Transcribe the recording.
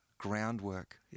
groundwork